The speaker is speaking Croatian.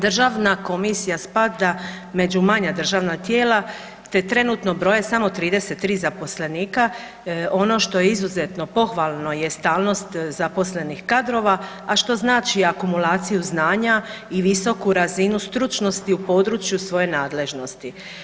Državna komisija spada među manja državna tijela te trenutno broje samo 33 zaposlenika, ono što je izuzetno pohvalno je stalnost zaposlenih kadrova a što znači akumulaciju znanja i visoku razinu stručnosti u području svoje nadležnosti.